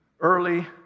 early